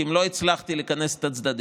כי אם לא הצלחתי לכנס את הצדדים,